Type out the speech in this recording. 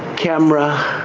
camera,